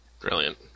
Brilliant